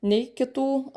nei kitų